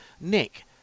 Nick